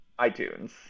iTunes